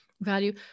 value